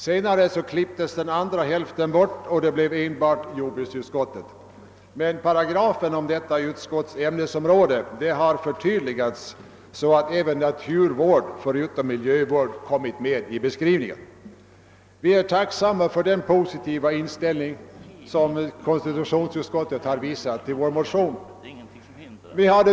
Senare klipptes den andra hälften bort och det blev enbart »jordbruksutskottet«, men paragrafen om detta utskotts ämnesområde har förtydligats så att även, förutom miljövård, naturvård kommit med i beskrivningen. Vi är tacksamma för den positiva inställningen till. vår motion.